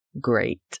great